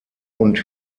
und